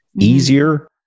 easier